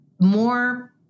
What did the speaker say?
more